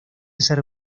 ser